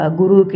guru